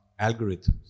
algorithms